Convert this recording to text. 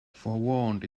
forewarned